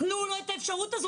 תנו לו את האפשרות הזאת,